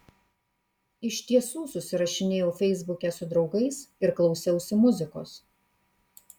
iš tiesų susirašinėjau feisbuke su draugais ir klausiausi muzikos